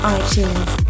iTunes